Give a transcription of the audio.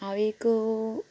हांव एक